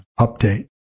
update